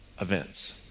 events